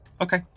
Okay